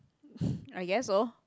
I guess so